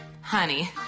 honey